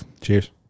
Cheers